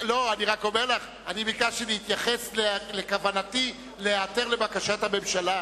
אני ביקשתי להתייחס לכוונתי להיעתר לבקשת הממשלה.